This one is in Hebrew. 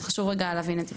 אז חשוב רגע להבין את זה.